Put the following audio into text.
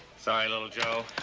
sorry, little joe.